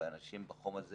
ואנשים בחום הזה